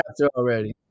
already